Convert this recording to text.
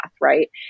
right